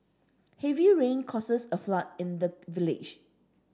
heavy rain causes a flood in the village